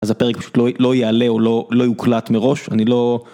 אז הפרק פשוט לא יעלה או לא יוקלט מראש, אני לא...